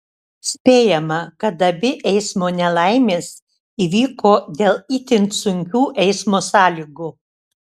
spėjama kad abi eismo nelaimės įvyko dėl itin sunkių eismo sąlygų